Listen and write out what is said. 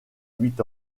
huit